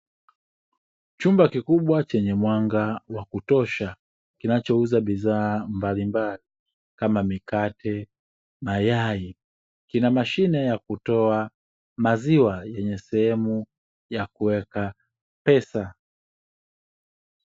Chumba kikubwa chenye mwanga wa kutosha kinachouza bidhaa mbalimbali kama; mikate, mayai, kina mashine ya kutoa maziwa yenye sehemu ya kuweka pesa.